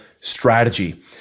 strategy